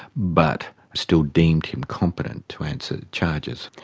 but still deemed him competent to answer charges.